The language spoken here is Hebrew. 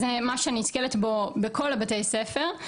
זה משהו שאני נתקלת בו בכל בתי הספר.